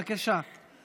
בבקשה.